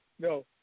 No